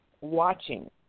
watching